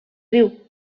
riu